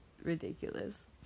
Ridiculous